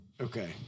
Okay